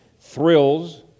thrills